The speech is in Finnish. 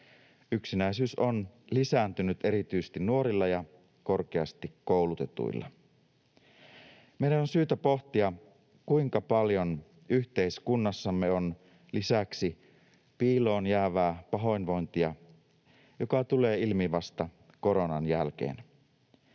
Yksinäisyys on lisääntynyt erityisesti nuorilla ja korkeasti koulutetuilla. Meidän on syytä pohtia, kuinka paljon yhteiskunnassamme on lisäksi piiloon jäävää pahoinvointia, joka tulee ilmi vasta koronan jälkeen.